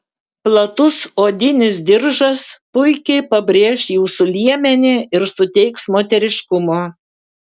platus odinis diržas puikiai pabrėš jūsų liemenį ir suteiks moteriškumo